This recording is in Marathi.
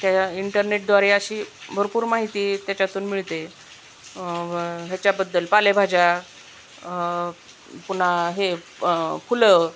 त्या इंटरनेटद्वारे अशी भरपूर माहिती त्याच्यातून मिळते ह्याच्याबद्दल पालेभाज्या पुन्हा हे प फुलं